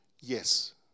Yes